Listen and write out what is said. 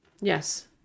yes